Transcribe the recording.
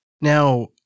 now